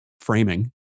framing